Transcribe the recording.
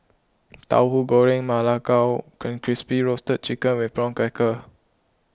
Tahu Goreng Ma Lai Gao and Crispy Roasted Chicken with Prawn Crackers